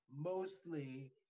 mostly